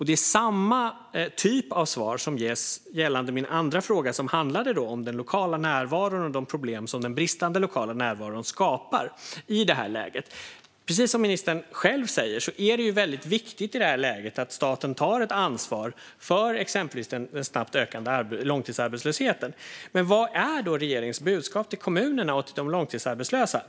Det är samma typ av svar som ges gällande min andra fråga, som handlade om den lokala närvaron och de problem som den bristande lokala närvaron skapar i detta läge. Precis som ministern själv säger är det väldigt viktigt i det här läget att staten tar ett ansvar för exempelvis den snabbt ökande långtidsarbetslösheten. Men vad är då regeringens budskap till kommunerna och till de långtidsarbetslösa?